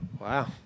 Wow